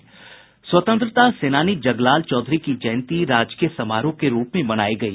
स्वतंत्रता सेनानी जगलाल चौधरी की जयंती राजकीय समारोह के रुप में मनायी गयी